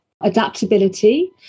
adaptability